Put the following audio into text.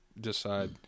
decide